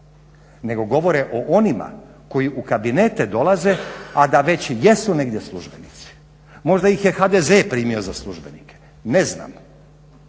nego govore o onima koji u kabinete dolaze a da već jesu negdje službenici. Možda ih je HDZ primio za službenike. Ne znam,